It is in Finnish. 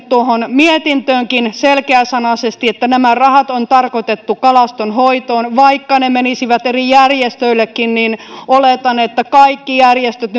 tuohon mietintöönkin selkeäsanaisesti että nämä rahat on tarkoitettu kalaston hoitoon vaikka ne menisivät eri järjestöillekin oletan että kaikki järjestöt